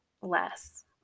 less